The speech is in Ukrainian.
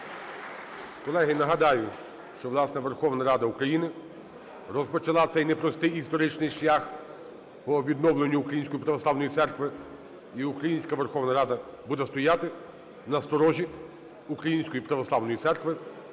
Колеги, нагадаю, що, власне, Верховна Рада України розпочала цей непростий історичний шлях по відновленню Української Православної Церкви, і українська Верховна Рада буде стояти на сторожі Української Православної Церкви